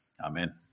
Amen